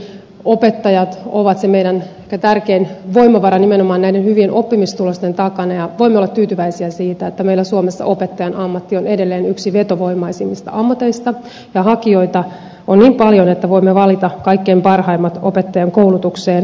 opettajat ovat se meidän tärkein voimavaramme nimenomaan näiden hyvien oppimistulosten takana ja voimme olla tyytyväisiä siitä että meillä suomessa opettajan ammatti on edelleen yksi vetovoimaisimmista ammateista ja hakijoita on niin paljon että voimme valita kaikkein parhaimmat opettajankoulutukseen